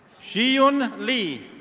xi yun lee.